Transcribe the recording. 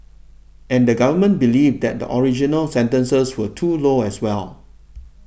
and the Government believed that the original sentences were too low as well